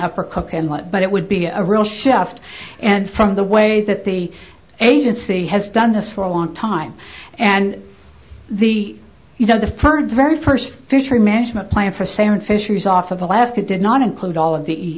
upper cook and but it would be a real shift and from the way that the agency has done this for a long time and the you know the third very first fishery management plan for salmon fisheries off of alaska did not include all of the